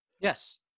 Yes